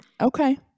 Okay